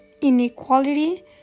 inequality